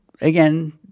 again